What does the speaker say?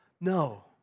No